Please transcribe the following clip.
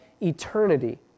eternity